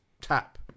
tap